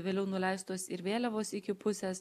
vėliau nuleistos ir vėliavos iki pusės